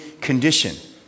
condition